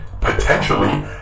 potentially